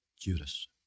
Judas